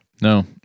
No